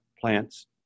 plants